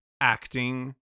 acting